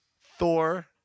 Thor